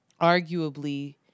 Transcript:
arguably